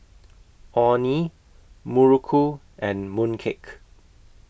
Orh Nee Muruku and Mooncake